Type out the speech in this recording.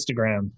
Instagram